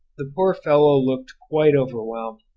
the poor fellow looked quite overwhelmed,